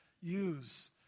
use